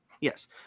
Yes